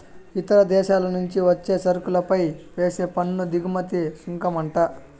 ఇతర దేశాల నుంచి వచ్చే సరుకులపై వేసే పన్ను దిగుమతి సుంకమంట